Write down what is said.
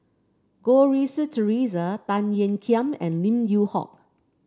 Goh Rui Si Theresa Tan Ean Kiam and Lim Yew Hock